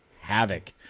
havoc